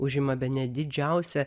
užima bene didžiausią